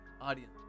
Audience